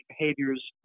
behaviors